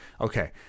okay